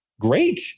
Great